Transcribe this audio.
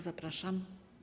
Zapraszam.